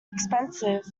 expensive